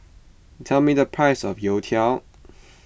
tell me the price of Youtiao